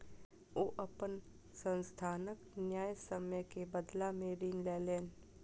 ओ अपन संस्थानक न्यायसम्य के बदला में ऋण लेलैन